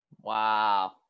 Wow